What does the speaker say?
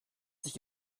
sich